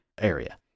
area